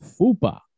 FUPA